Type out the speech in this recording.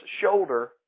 shoulder